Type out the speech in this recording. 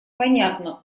понятно